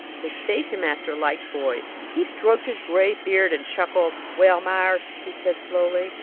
the station-master liked boys. he stroked his gray beard and chuckled. well, meyers, he said, slowly,